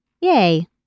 Yay